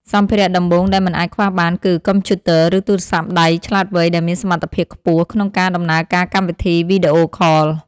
សម្ភារៈដំបូងដែលមិនអាចខ្វះបានគឺ កុំព្យូទ័រ ឬទូរស័ព្ទដៃឆ្លាតវៃដែលមានសមត្ថភាពខ្ពស់ក្នុងការដំណើរការកម្មវិធីវីដេអូខល។